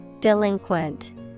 Delinquent